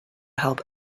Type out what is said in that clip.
help